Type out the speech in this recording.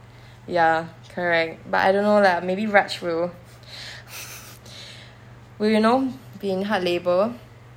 ya correct but I don't know lah maybe raj will well you know be in hard labour